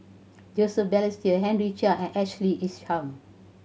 Joseph Balestier Henry Chia and Ashley Isham